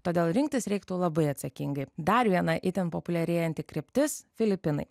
todėl rinktis reiktų labai atsakingai dar viena itin populiarėjanti kryptis filipinai